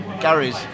Gary's